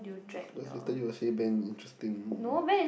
or else later you will say Ben very interesting